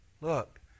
Look